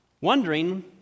wondering